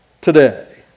today